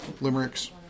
limericks